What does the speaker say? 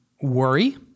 worry